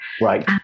Right